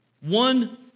one